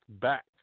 back